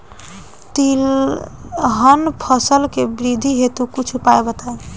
तिलहन फसल के वृद्धि हेतु कुछ उपाय बताई?